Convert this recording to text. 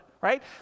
right